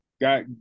Got